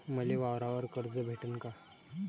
मले वावरावर कर्ज भेटन का?